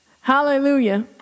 Hallelujah